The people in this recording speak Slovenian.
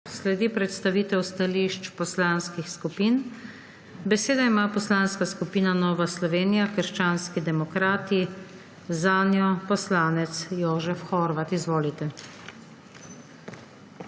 Sledi predstavitev stališč poslanskih skupin. Besedo ima Poslanska skupina Nova Slovenija – krščanski demokrati, zanjo poslanec Jožef Horvat. Izvolite.